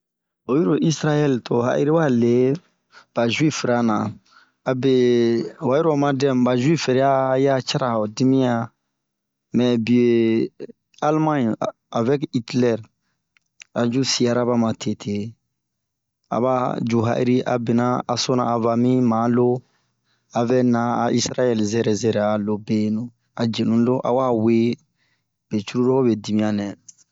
Oyilo Isaraɛl to o ha'iri lio zuwife ra na, abe oyiro oma dɛmu ba zuwife ra ya ciri'a ho dimiɲan, mɛ bie alemaɲe avɛk Itilɛre ,abun siaba matete. A ba bina yu ha'iri abina hasona a va mi ma loo avɛ na a izaraɛle zɛrɛ zɛrɛ a loo benu a yenuloo awa we be cururu ho be dimiɲan niɛn.